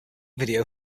video